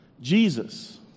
Jesus